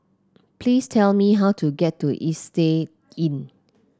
please tell me how to get to Istay Inn